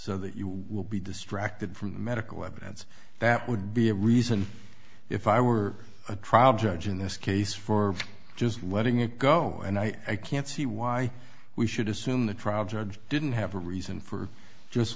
so that you will be distracted from the medical evidence that would be a reason if i were a trial judge in this case for just letting it go and i can't see why we should assume the trial judge didn't have a reason for just